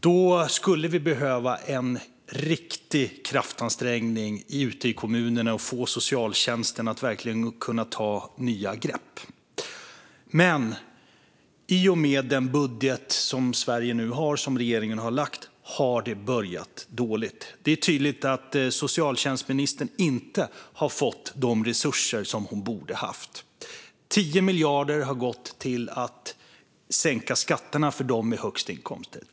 Då skulle vi behöva en riktig kraftansträngning ute i kommunerna för att få socialtjänsten att verkligen ta nya grepp, men i och med den budget som Sverige nu har, som regeringen har lagt fram, har det börjat dåligt. Det är tydligt att socialtjänstministern inte har fått de resurser som hon borde ha fått. 10 miljarder har gått till att sänka skatterna för dem med högst inkomster.